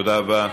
תודה רבה.